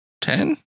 Ten